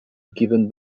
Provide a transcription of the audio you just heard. given